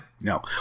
No